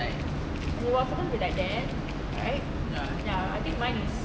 it was supposed to be like right ya I think mine is